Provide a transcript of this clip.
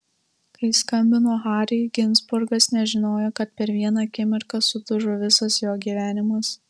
kai skambino hariui ginzburgas nežinojo kad per vieną akimirką sudužo visas jo gyvenimas